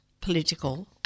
political